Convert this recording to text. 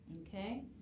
okay